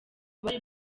bari